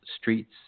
streets